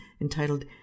entitled